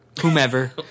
whomever